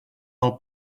del